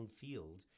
Field